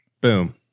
boom